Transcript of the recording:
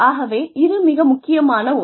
ஆகவே இது மிக முக்கியமான ஒன்று